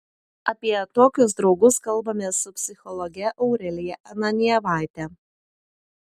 apie tokius draugus kalbamės su psichologe aurelija ananjevaite